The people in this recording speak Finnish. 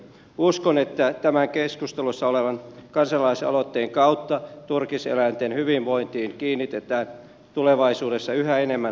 uskon että tämän keskustelussa olevan kansalaisaloitteen kautta turkiseläinten hyvinvointiin kiinnitetään tulevaisuudessa yhä enemmän huomiota